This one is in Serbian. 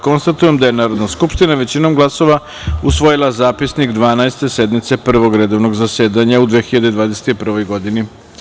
Konstatujem da je Narodna skupština većinom glasova usvojila Zapisnik 12. sednice Prvog redovnog zasedanja u 2021. godini.